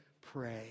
pray